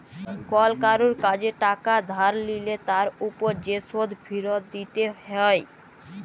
call কারুর কাজে টাকা ধার লিলে তার উপর যে শোধ ফিরত দিতে হ্যয়